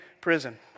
prison